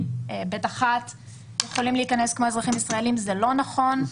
ו-ב1 יכולים להיכנס כמו אזרחים ישראלים זה לא נכון.